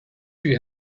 she